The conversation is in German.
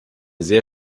sehr